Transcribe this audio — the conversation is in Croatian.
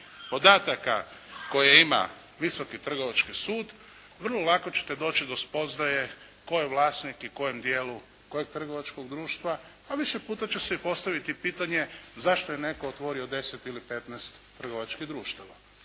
podataka koje ima visoki trgovački sud, vrlo lako ćete doći do spoznaje tko je vlasnik i u kojem dijelu kojeg trgovačkog društva, a više puta će se i postaviti pitanje zašto je netko otvorio 10 ili 15 trgovačkih društava.